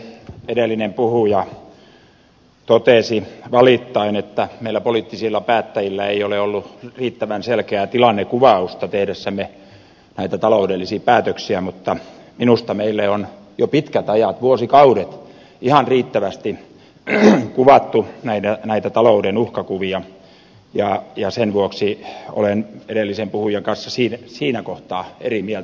edellinen puhuja totesi valittaen että meillä poliittisilla päättäjillä ei ole ollut riittävän selkeää tilannekuvausta tehdessämme näitä taloudellisia päätöksiä mutta minusta meille on jo pitkät ajat vuosikaudet ihan riittävästi kuvattu näitä talouden uhkakuvia ja sen vuoksi olen edellisen puhujan kanssa siinä kohtaa eri mieltä